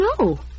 No